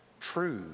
true